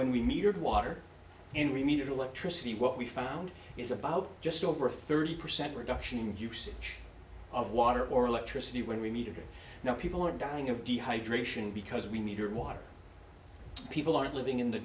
when we needed water and we needed electricity what we found is about just over a thirty percent reduction in usage of water or electricity when we needed it now people are dying of dehydration because we need water people are living in the